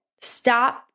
Stop